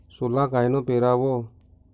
सोला कायनं पेराव?